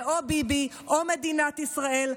זה או ביבי או מדינת ישראל,